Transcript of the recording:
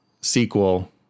sequel